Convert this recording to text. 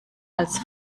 als